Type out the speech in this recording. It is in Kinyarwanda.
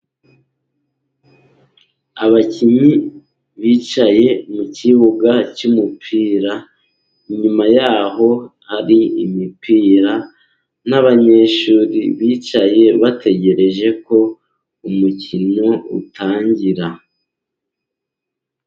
Abakinnyi bicaye mu kibuga cy'umupira, inyuma yaho hari imipira nabanyeshuri bicaye bategereje ko umukino utangira.